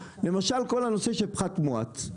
למשל, כל הנושא של פחת מואץ.